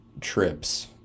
trips